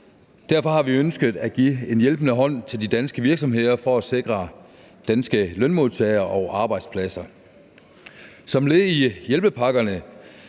Derfor har vi ønsket at give en hjælpende hånd til de danske virksomheder for at sikre danske lønmodtagere og arbejdspladser. Som led i hjælpepakkerne